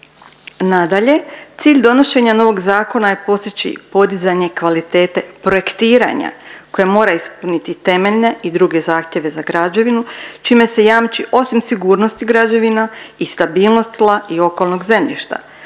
Nadalje, cilj donošenja novog zakona je postići podizanje kvalitete projektiranja koja mora ispuniti temeljne i druge zahtjeve za građevinu čime se jamči osim sigurnosti građevina i stabilnost tla i okolnog zemljišta,